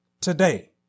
today